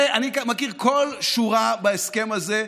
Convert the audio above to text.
אני מכיר כל שורה בהסכם הזה,